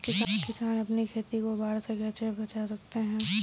किसान अपनी खेती को बाढ़ से कैसे बचा सकते हैं?